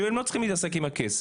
שהם לא צריכים להתעסק עם הכסף,